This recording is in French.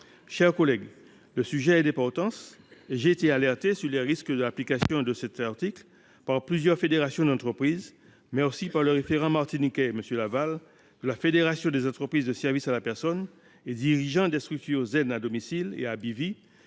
chers collègues, le sujet est grave. J’ai été alerté sur les risques de l’application de cet article par plusieurs fédérations d’entreprises, en particulier par M. Laval, référent martiniquais de la Fédération des entreprises de services à la personne et dirigeant des structures Zen à domicile et Abivi,